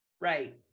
right